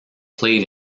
played